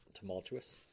Tumultuous